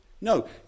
No